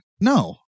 No